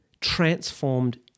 transformed